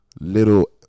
little